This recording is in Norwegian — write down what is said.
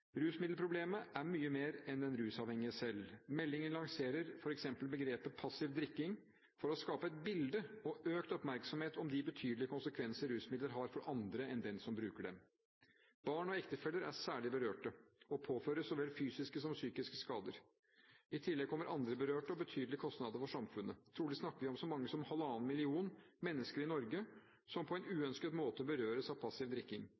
Rusmiddelproblemet er mye mer enn den rusavhengige selv. Meldingen lanserer f.eks. begrepet «passiv drikking» for å skape økt oppmerksomhet om de betydelige konsekvenser rusmidler har for andre enn den som bruker dem. Barn og ektefeller er særlig berørte og påføres så vel fysiske som psykiske skader. I tillegg kommer andre berørte og betydelige kostnader for samfunnet. Trolig snakker vi om så mange som 1,5 milllioner mennesker i Norge som på en uønsket måte berøres av passiv drikking.